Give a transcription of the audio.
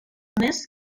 més